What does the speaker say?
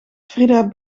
frieda